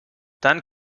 dann